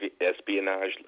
espionage